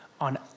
on